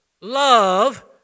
Love